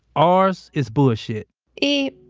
ours is bullshit e,